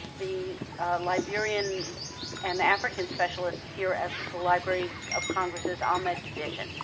the liberian and african specialist here at the library of congress's ahmed division.